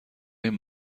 این